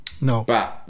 no